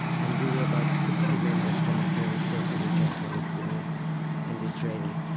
and we were about sixty members from the parents circle who came, palestinian and israeli,